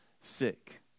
sick